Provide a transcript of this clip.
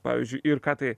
pavyzdžiui ir ką tai